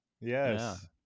Yes